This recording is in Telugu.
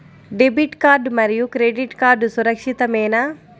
డెబిట్ కార్డ్ మరియు క్రెడిట్ కార్డ్ సురక్షితమేనా?